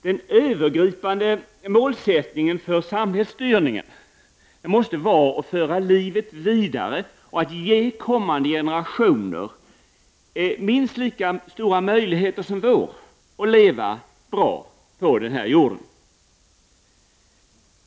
Den övergripande målsättningen för samhällsstyrningen måste vara att föra livet vidare och ge kommande generationer minst lika stora möjligheter som vår egen att leva bra på jorden.